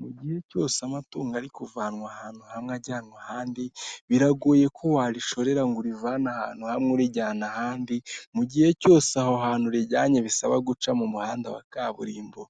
Mu gihe cyose amatungo ari kuvanwa ahantu hamwe ajyanwa ahandi biragoye ko warishorera ngo rivane ahantu hamwe urijyana ahandi, mu gihe cyose aho hantu rijyanye bisaba guca mu muhanda wa kaburimbo,